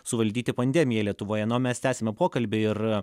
suvaldyti pandemiją lietuvoje na o mes tęsiame pokalbį ir